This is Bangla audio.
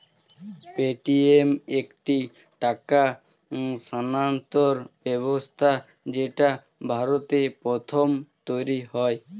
পেটিএম একটি টাকা স্থানান্তর ব্যবস্থা যেটা ভারতে প্রথম তৈরী হয়